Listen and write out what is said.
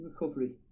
recovery